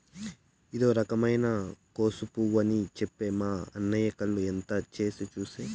ఇదో రకమైన కోసు పువ్వు అని చెప్తే మా అయ్య కళ్ళు ఇంత చేసి చూసే